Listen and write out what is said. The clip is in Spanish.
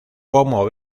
como